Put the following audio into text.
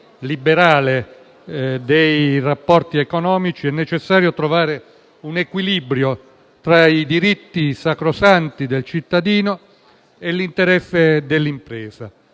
liberale dei rapporti economici, è necessario trovare un equilibrio tra i diritti sacrosanti del cittadino e l'interesse dell'impresa.